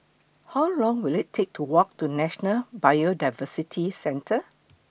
How Long Will IT Take to Walk to National Biodiversity Centre